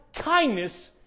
kindness